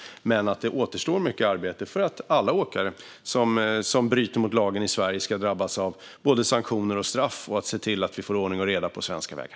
Samtidigt återstår mycket arbete för att alla åkare som bryter mot lagen i Sverige ska drabbas av både sanktioner och straff och för att se till att vi får ordning på svenska vägar.